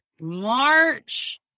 March